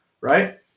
Right